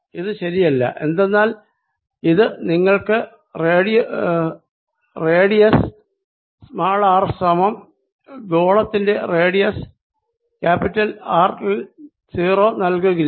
ഇത് ശരിയല്ല എന്തെന്നാൽ ഇത് നിങ്ങൾക്ക് റേഡിയസ് r സമം ഗോളത്തിന്റെ റേഡിയസ് R ൽ 0 നൽകുകില്ല